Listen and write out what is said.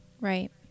right